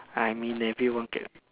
I mean everyone gets